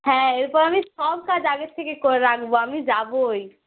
হ্যাঁ এরপর আমি সব কাজ আগের থেকে করে রাখব আমি যাবই